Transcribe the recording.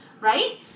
right